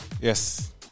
Yes